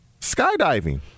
skydiving